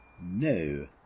No